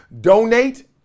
donate